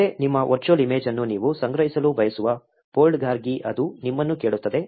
ಮುಂದೆ ನಿಮ್ಮ virtual image ಅನ್ನು ನೀವು ಸಂಗ್ರಹಿಸಲು ಬಯಸುವ ಫೋಲ್ಡರ್ಗಾಗಿ ಅದು ನಿಮ್ಮನ್ನು ಕೇಳುತ್ತದೆ